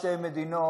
שתי מדינות,